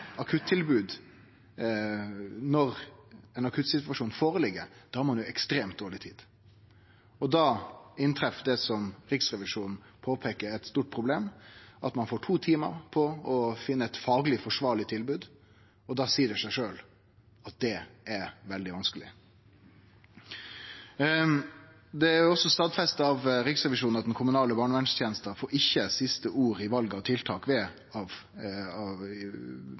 akuttilbod når ein akuttsituasjon ligg føre, har ein ekstremt dårleg tid. Da inntreffer det som Riksrevisjonen påpeiker at er eit stort problem – at ein får to timar på å finne eit fagleg forsvarleg tilbod, og da seier det seg sjølv at det er veldig vanskeleg. Det er også stadfesta av Riksrevisjonen at den kommunale barnevernstenesta ikkje får siste ord i valet av tiltak ved